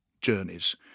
journeys